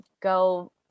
go